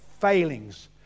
failings